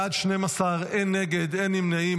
בעד, 12, אין נגד, אין נמנעים.